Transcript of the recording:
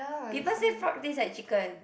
people say frog taste like chicken